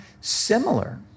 similar